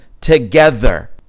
together